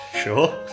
sure